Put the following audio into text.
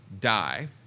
die